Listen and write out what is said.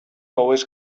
always